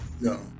No